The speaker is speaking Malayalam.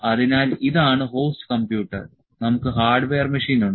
അതിനാൽ ഇതാണ് ഹോസ്റ്റ് കമ്പ്യൂട്ടർ നമുക്ക് ഹാർഡ്വെയർ മെഷീൻ ഉണ്ട്